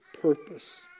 purpose